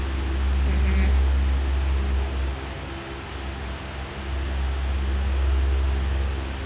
mmhmm